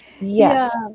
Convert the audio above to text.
Yes